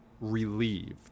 relieved